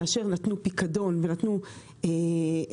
שכאשר נתנו פיקדון ונתנו עלות